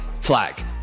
Flag